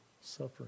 suffering